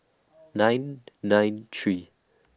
nine nine three